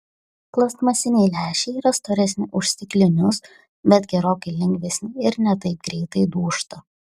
plastmasiniai lęšiai yra storesni už stiklinius bet gerokai lengvesni ir ne taip greitai dūžta